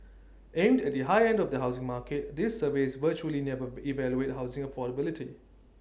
aimed at the high end of the housing market these surveys virtually never evaluate housing affordability